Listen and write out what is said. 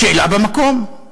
שאלה במקום.